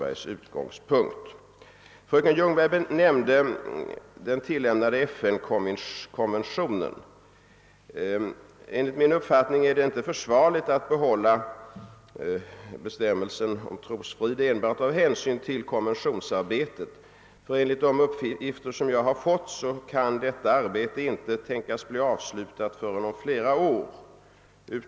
Fröken Ljungberg nämnde den tillämnade FN-konventionen. Enligt min uppfattning är det inte försvarligt att behålla bestämmelsen om trosfrid enbart med hänsyn till konventionsarbetet. Enligt de uppgifter jag har fått, kan detta arbete inte tänkas bli avslutat förrän om flera år.